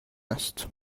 است